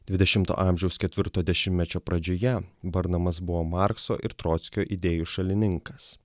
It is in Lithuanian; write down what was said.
dvidešimto amžiaus ketvirto dešimtmečio pradžioje burnamas buvo markso ir trockio idėjų šalininkas